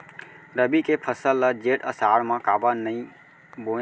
रबि के फसल ल जेठ आषाढ़ म काबर नही बोए?